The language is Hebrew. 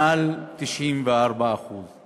מעל 94%;